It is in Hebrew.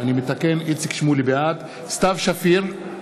בעד סתיו שפיר,